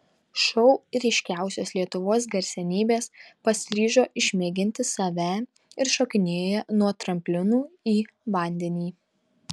šou ryškiausios lietuvos garsenybės pasiryžo išmėginti save ir šokinėja nuo tramplinų į vandenį